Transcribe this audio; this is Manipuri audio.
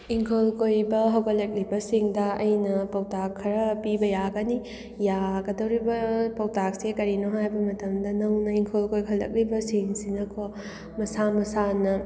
ꯏꯪꯈꯣꯜ ꯀꯣꯏꯕ ꯍꯧꯒꯠꯂꯛꯂꯤꯕꯁꯤꯡꯗ ꯑꯩꯅ ꯄꯥꯎꯇꯥꯛ ꯈꯔ ꯄꯤꯕ ꯌꯥꯒꯅꯤ ꯌꯥꯒꯗꯧꯔꯤꯕ ꯄꯧꯇꯥꯛꯁꯦ ꯀꯔꯤꯅꯣ ꯍꯥꯏꯕ ꯃꯇꯝꯗ ꯅꯧꯅ ꯍꯤꯡꯈꯣꯜ ꯀꯣꯏꯈꯠꯂꯛꯂꯤꯕ ꯁꯤꯡꯁꯤꯅꯀꯣ ꯃꯁꯥ ꯃꯁꯥꯅ